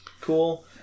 cool